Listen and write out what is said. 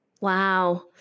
Wow